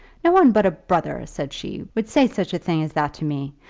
no one but a brother, said she, would say such a thing as that to me,